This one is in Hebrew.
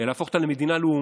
אלא להפוך אותה למדינה לאומנית,